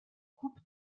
coupe